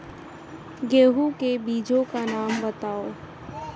गेहूँ के बीजों के नाम बताओ?